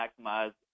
maximize